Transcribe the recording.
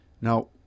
Now